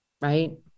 Right